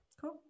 Cool